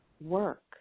work